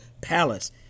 palace